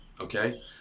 Okay